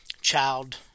child